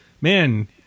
man